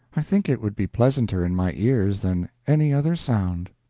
i think it would be pleasanter in my ears than any other sound.